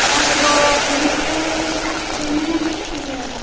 ᱚᱱᱟᱠᱚᱫᱚ ᱯᱷᱨᱤᱛᱮ ᱦᱟᱸᱜ ᱯᱮ ᱮᱢᱟᱹᱧᱟ ᱦᱟᱸᱜ ᱥᱮ ᱤᱭᱟᱹ